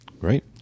great